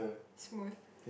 smooth